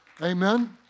Amen